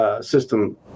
system